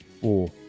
Four